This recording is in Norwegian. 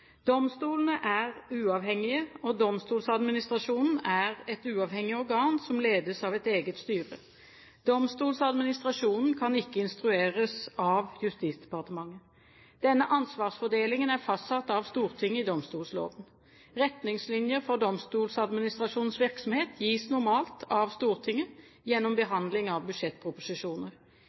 Domstolene er uavhengige, og Domstoladministrasjonen er et uavhengig organ som ledes av et eget styre. Domstoladministrasjonen kan ikke instrueres av Justisdepartementet. Denne ansvarsfordelingen er fastsatt av Stortinget i domstolloven. Retningslinjer for Domstoladministrasjonens virksomhet gis normalt av Stortinget gjennom behandling av budsjettproposisjoner.